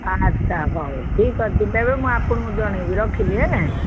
ଆଚ୍ଛା ହଉ ଠିକ୍ ଅଛି ତେବେ ମୁଁ ଆପଣଙ୍କୁ ଜଣାଇବି ରଖିଲି ହଁ